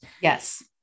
Yes